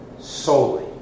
solely